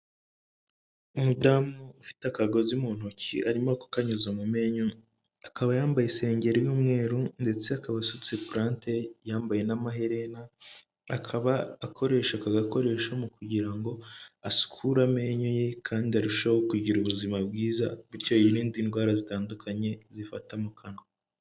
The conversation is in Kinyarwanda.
Umudamu ufite akagozi mu ntoki, arimo kukanyuza mu menyo, akaba yambaye isengero y'umweru, ndetse akaba asutse purante, yambaye n'amaherena, akaba akoresha aka gakoresho mu kugira ngo asukure amenyo ye, kandi arusheho kugira ubuzima bwiza, butyo yirinde indwara zitandukanye zifata mu kanwa.